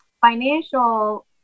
financial